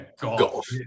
golf